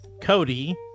Cody